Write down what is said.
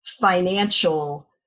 financial